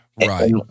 Right